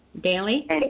Daily